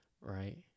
right